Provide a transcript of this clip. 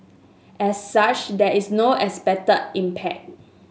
as such there is no expected impact